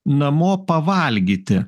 namo pavalgyti